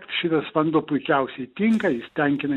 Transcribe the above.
šitas vanduo puikiausiai tinka jis tenkina